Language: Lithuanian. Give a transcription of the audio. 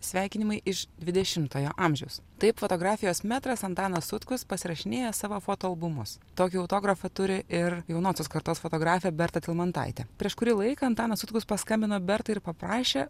sveikinimai iš dvidešimtojo amžiaus taip fotografijos metras antanas sutkus pasirašinėja savo fotoalbumus tokį autografą turi ir jaunosios kartos fotografė berta tilmantaitė prieš kurį laiką antanas sutkus paskambino bertai ir paprašė